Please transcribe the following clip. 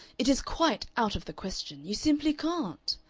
it is quite out of the question. you simply can't.